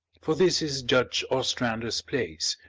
for this is judge ostrander's place,